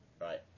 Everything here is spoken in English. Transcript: right